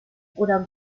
oder